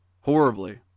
Horribly